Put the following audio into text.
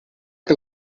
que